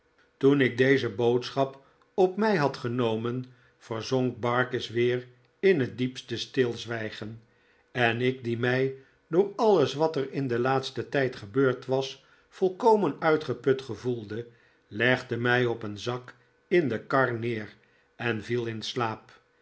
toen ik deze boodschap op mij had genomen verzonk barkis weer in het diepste stilzwijgen en ik die mij door alles wat er in den laatsten tijd gebeurd was volkomen uitgeput voelde legde mij op een zak in de kar neer en viel in slaap